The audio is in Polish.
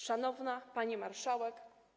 Szanowna Pani Marszałek!